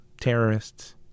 terrorists